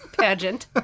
pageant